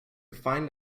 find